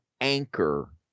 anchor